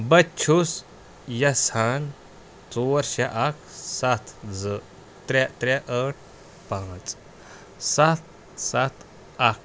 بہٕ چھُس یَژھان ژور شیٚے اَکھ سَتھ زٕ ترٛے ترٛے ٲٹھ پانٛژھ سَتھ سَتھ اَکھ